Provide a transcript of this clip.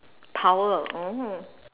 power oh